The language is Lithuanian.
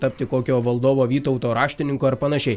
tapti kokio valdovo vytauto raštininku ar panašiai